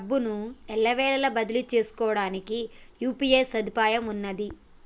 డబ్బును ఎల్లవేళలా బదిలీ చేసుకోవడానికి యూ.పీ.ఐ సదుపాయం ఉన్నది